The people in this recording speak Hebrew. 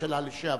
השעון.